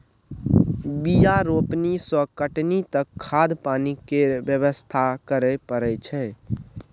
बीया रोपनी सँ कटनी तक खाद पानि केर बेवस्था करय परय छै